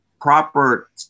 proper